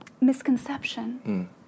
misconception